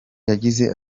yagize